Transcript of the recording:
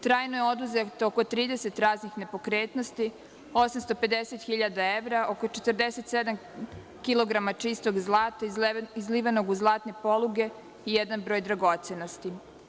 Trajno je oduzeto oko 30 raznih nepokretnosti, 850.000 evra, oko 47 kilograma čistog zlata izlivenog u zlatne poluge i jedan broj dragocenosti.